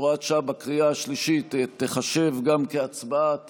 הוראת שעה) בקריאה השלישית תיחשב גם להצבעת